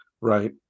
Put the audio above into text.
Right